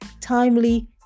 timely